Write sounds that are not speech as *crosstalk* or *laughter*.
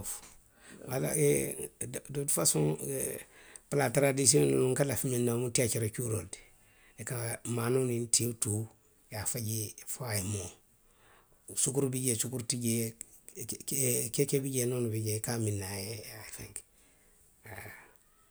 A la e *hesitation* de tuti fasoŋ *hesitation* la taraadisiyoŋ nuŋ n ka lafi miŋ na wo mu tiya kere cuuroo le ti. I ka maanoo niŋ tiyoo tuu i ye a faji fo a ye moo. Sukuru bi jee, sukuru ti jee, ke *hesitation* ke, keekee bi jee, nono bi jee, i ka a miŋ ne a ye fenke haa,.